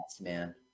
man